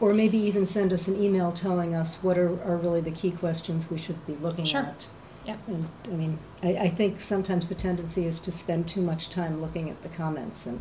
or maybe even send us an e mail telling us what are really the key questions we should be looking shirt i mean and i think sometimes the tendency is to spend too much time looking at the comments and